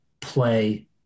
play